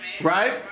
right